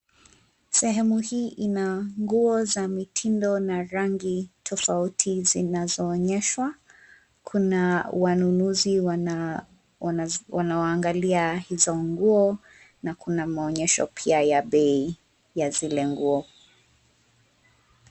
Sehemu hii ina nguo za mitindo na rangi tofauti zinazonyeshwa. Kuna wanunuzi wanaangalia hizo nguo na kuna maonyesho pia ya bei ya zile nguo.